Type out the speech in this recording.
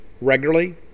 Regularly